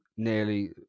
nearly